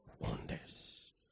wonders